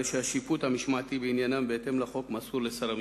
השיפוט המשמעתי בעניינם בהתאם לחוק מסור לשר המשפטים.